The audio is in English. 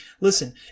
Listen